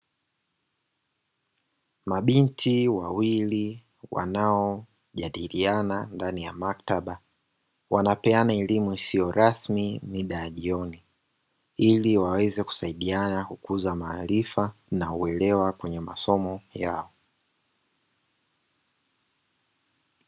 Mabinti wawili wanajadiliana ndani ya maktaba, wanapeana elimu isiyo rasmi Mida ya jioni, ili waweze kusaidiana kukuza maarifa na uelewa kwenye masomo yao.